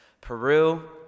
Peru